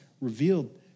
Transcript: revealed